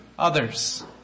others